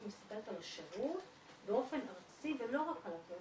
מסתכלת על השירות באופן ארצי ולא רק על הקהילות